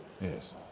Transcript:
Yes